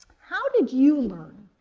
how did you learn?